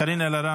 קארין אלהרר,